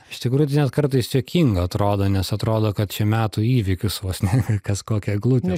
iš tikrųjų tai net kartais juokinga atrodo nes atrodo kad čia metų įvykis vos ne kas kokią eglutę